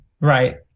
Right